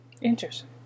Interesting